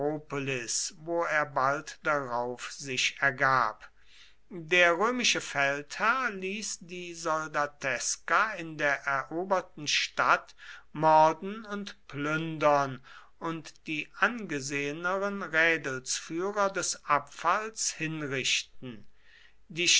wo er bald darauf sich ergab der römische feldherr ließ die soldateska in der eroberten stadt morden und plündern und die angeseheneren rädelsführer des abfalls hinrichten